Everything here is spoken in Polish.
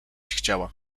chciała